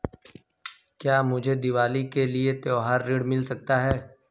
क्या मुझे दीवाली के लिए त्यौहारी ऋण मिल सकता है?